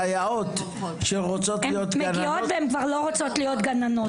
סייעות שרוצות להיות גננות --- הן מגיעות וכבר לא רוצות להיות גננות.